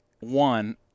one